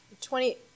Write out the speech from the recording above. Twenty